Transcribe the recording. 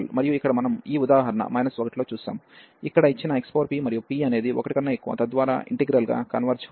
మరియు ఇక్కడ మనం ఈ ఉదాహరణ 1 లో చూశాము ఇక్కడ ఇచ్చిన xp మరియు p అనేది 1 కన్నా ఎక్కువ తద్వారా ఇంటిగ్రల్ గా కన్వర్జ్ అవుతుంది